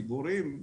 ציבוריים,